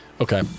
okay